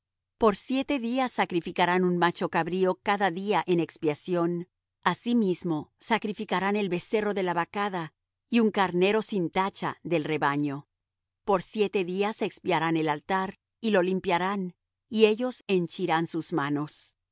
por siete días sacrificarán un macho cabrío cada día en expiación asimismo sacrificarán el becerro de la vacada y un carnero sin tacha del rebaño por siete días expiarán el altar y lo limpiarán y ellos henchirán sus manos